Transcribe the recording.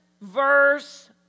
verse